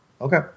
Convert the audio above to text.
Okay